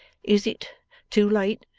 is it too late